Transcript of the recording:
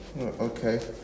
Okay